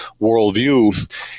worldview